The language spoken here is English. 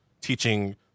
teaching